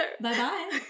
Bye-bye